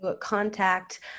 contact